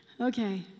Okay